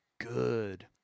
good